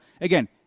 again